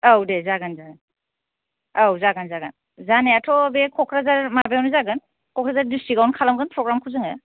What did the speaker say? औ दे जागोन दे औ जागोन जागोन जानायाथ' बे क'क्राझार माबायावनो जागोन क'क्राझार डिस्ट्रिकआवनो खालामगोन फ्र'ग्रामखौ जोङो